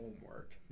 homework